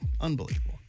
unbelievable